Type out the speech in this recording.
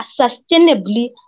sustainably